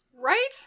Right